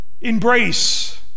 embrace